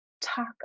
talk